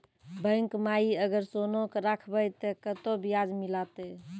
Bank माई अगर सोना राखबै ते कतो ब्याज मिलाते?